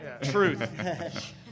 Truth